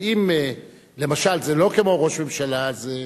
אבל אם, למשל, זה לא כמו ראש ממשלה, אז,